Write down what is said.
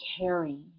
caring